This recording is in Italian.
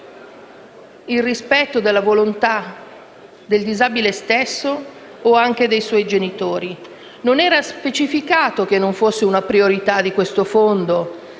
il rispetto della volontà del disabile stesso o anche dei suoi genitori. Non era specificato che non fosse una priorità di questo fondo